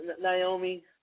Naomi